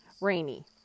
Rainy